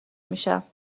میشم